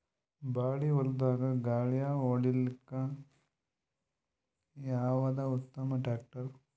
ಬಾಳಿ ಹೊಲದಾಗ ಗಳ್ಯಾ ಹೊಡಿಲಾಕ್ಕ ಯಾವದ ಉತ್ತಮ ಟ್ಯಾಕ್ಟರ್?